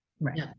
right